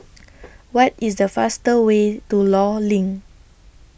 What IS The fastest Way to law LINK